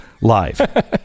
live